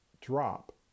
drop